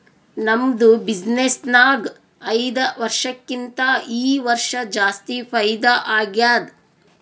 ನಮ್ದು ಬಿಸಿನ್ನೆಸ್ ನಾಗ್ ಐಯ್ದ ವರ್ಷಕ್ಕಿಂತಾ ಈ ವರ್ಷ ಜಾಸ್ತಿ ಫೈದಾ ಆಗ್ಯಾದ್